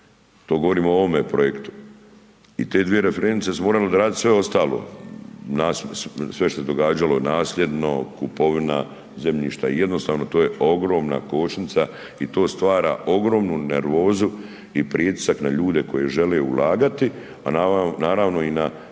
to govorim o ovom projektu. I te dvije referentice su morale odraditi sve ostalo, sve što se događalo nasljedno, kupovina zemljišta i jednostavno to je ogromna kočnica i to stvara ogromnu nervozu i pritisak na ljude koji žele ulagati, a naravno i na